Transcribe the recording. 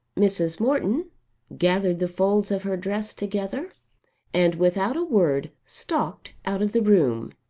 mrs. morton gathered the folds of her dress together and without a word stalked out of the room.